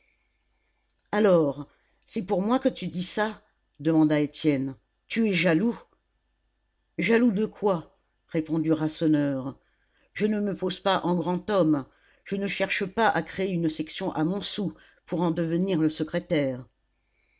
alors c'est pour moi que tu dis ça demanda étienne tu es jaloux jaloux de quoi répondit rasseneur je ne me pose pas en grand homme je ne cherche pas à créer une section à montsou pour en devenir le secrétaire